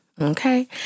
Okay